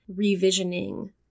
revisioning